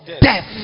Death